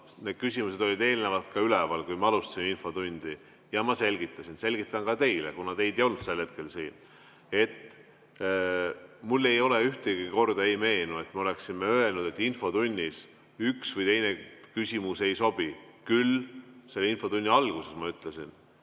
Need küsimused olid eelnevalt ka üleval, kui me alustasime infotundi, ja ma selgitasin, selgitan ka teile, kuna teid ei olnud sel hetkel siin: mulle ei meenu ühtegi korda, kui me oleksime öelnud, et infotunnis üks või teine küsimus ei sobi. Küll ütlesin ma selle infotunni alguses, et